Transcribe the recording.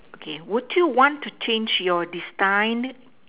okay would you want to change your destined